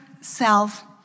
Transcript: self